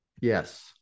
Yes